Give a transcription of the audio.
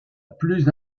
plus